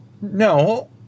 No